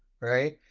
right